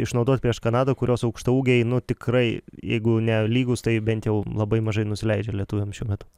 išnaudot prieš kanadą kurios aukštaūgiai nu tikrai jeigu ne lygūs tai bent jau labai mažai nusileidžia lietuviams šiuo metu